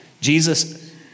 Jesus